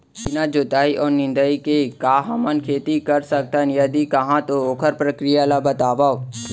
बिना जुताई अऊ निंदाई के का हमन खेती कर सकथन, यदि कहाँ तो ओखर प्रक्रिया ला बतावव?